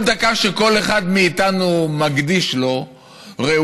כל דקה שכל אחד מאיתנו מקדיש לו ראויה,